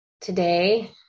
today